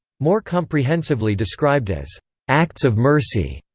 more comprehensively described as acts of mercy,